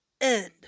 end